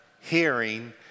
hearing